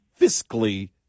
fiscally